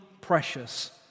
precious